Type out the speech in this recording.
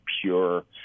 pure